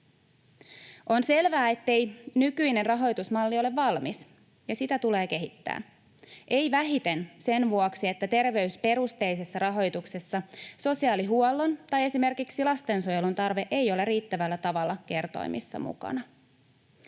On selvää, ettei nykyinen rahoitusmalli ole valmis, ja sitä tulee kehittää, ei vähiten sen vuoksi, että terveysperusteisessa rahoituksessa sosiaalihuollon tai esimerkiksi lastensuojelun tarve ei ole riittävällä tavalla kertoimissa mukana.